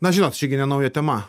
na žinot čia gi nenauja tema